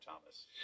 Thomas